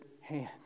hand